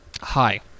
hi